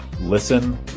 Listen